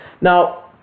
Now